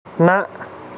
نہ